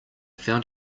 found